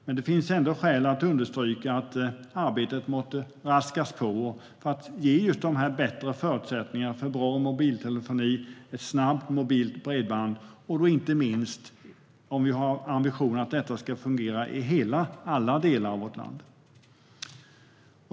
Men det finns ändå skäl att understryka att arbetet måste raskas på för att ge bättre förutsättningar för bra mobiltelefoni och snabbt mobilt bredband, inte minst om vi har ambitionen att det ska kunna fungera i alla delar av vårt land.